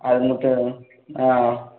அது மட்டும் ஆ